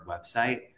website